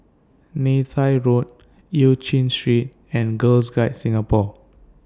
Neythai Road EU Chin Street and Girls Guides Singapore